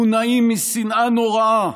מונעים משנאה נוראה